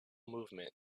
movement